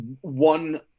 one